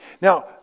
Now